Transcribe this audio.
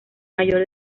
mayor